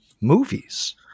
movies